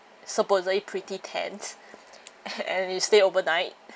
supposedly pretty tents and you stay overnight